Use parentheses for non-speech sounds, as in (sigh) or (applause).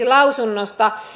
(unintelligible) lausunnosta